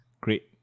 Great